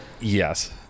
Yes